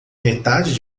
metade